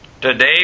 Today